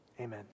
Amen